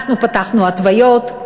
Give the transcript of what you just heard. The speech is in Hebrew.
אנחנו פתחנו התוויות,